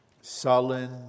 sullen